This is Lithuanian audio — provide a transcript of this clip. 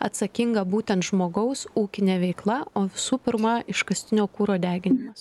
atsakinga būtent žmogaus ūkinė veikla o visų pirma iškastinio kuro deginimas